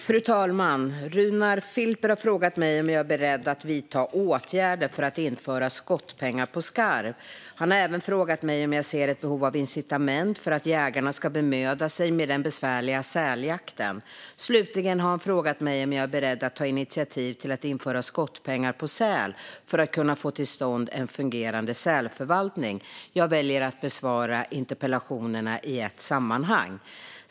Fru talman! Runar Filper har frågat mig om jag är beredd att vidta åtgärder för att införa skottpengar på skarv. Han har även frågat mig om jag ser ett behov av incitament för att jägarna ska bemöda sig om den besvärliga säljakten. Slutligen har han frågat mig om jag är beredd att ta initiativ till att införa skottpengar på säl för att kunna få till stånd en fungerande sälförvaltning. Jag väljer att besvara interpellationerna i ett sammanhang.